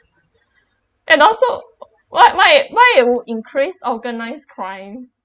and also why why it why it will increase organised crimes